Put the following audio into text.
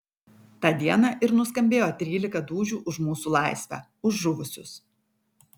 tą dieną ir nuskambėjo trylika dūžių už mūsų laisvę už žuvusius